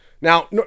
now